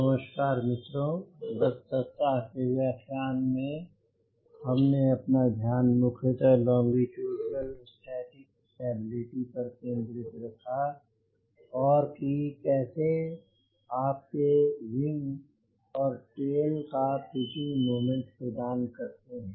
नमस्कार मित्रों गत सप्ताह के व्याख्यान में हमने अपना ध्यान मुख्यतः लोंगीच्युडनल स्टैटिक स्टेबिलिटी पर केंद्रित रखा और कि कैसे आपके विंग और टेल पिचिंग मोमेंट प्रदान करते हैं